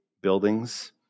buildings